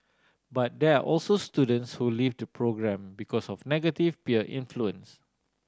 but there are also students who leave the programme because of negative peer influence